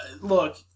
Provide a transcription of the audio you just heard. look